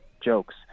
jokes